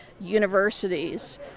universities